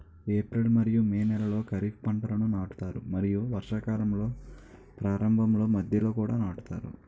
April మరియు May నెలలో ఖరీఫ్ పంటలను నాటుతారు మరియు వర్షాకాలం ప్రారంభంలో మధ్యలో కూడా నాటుతారు